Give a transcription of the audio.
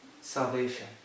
salvation